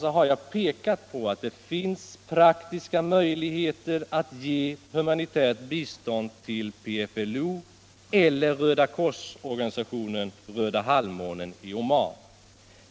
Jag har pekat på att det finns praktiska möjligheter att ge humanitärt bistånd till PFLO eller till rödakorsorganisationen Röda halvmånen i Oman.